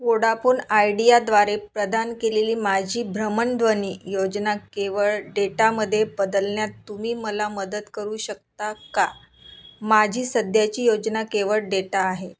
Vodafone आयडियाद्वारे प्रदान केलेली माझी भ्रमणध्वनी योजना केवळ डेटामध्ये बदलण्यात तुम्ही मला मदत करू शकता का माझी सध्याची योजना केवळ डेटा आहे